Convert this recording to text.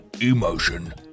emotion